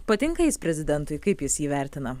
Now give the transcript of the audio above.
patinka jis prezidentui kaip jis jį vertina